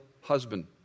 husband